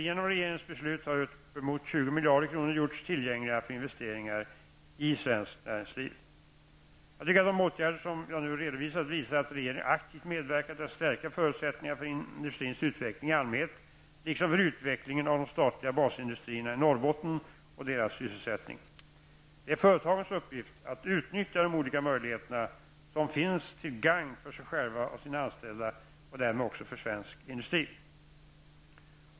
Genom regeringens beslut har uppemot 20 miljarder kronor gjorts tillgängliga för investeringar i svenskt näringsliv. Jag tycker att de åtgärder som jag nu redovisat visar att regeringen aktivt medverkar till att stärka förutsättningarna för industrins utveckling i allmänhet liksom för utvecklingen av de statliga basindustrierna i Norrbotten och deras sysselsättning. Det är företagens uppgift att utnyttja de olika möjligheter som finns till gagn för sig själva och sina anställda och därmed också för svensk ekonomi.